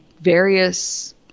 various